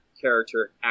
character